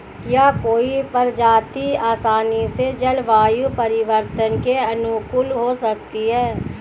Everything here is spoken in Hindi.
क्या कोई प्रजाति आसानी से जलवायु परिवर्तन के अनुकूल हो सकती है?